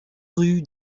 rue